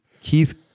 Keith